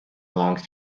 belongs